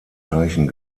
teichen